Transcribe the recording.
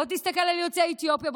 בוא תסתכל על יוצאי אתיופיה,